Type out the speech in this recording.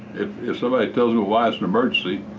if somebody tells me why it's an emergency.